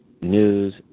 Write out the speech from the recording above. news